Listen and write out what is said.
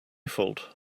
fault